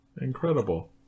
Incredible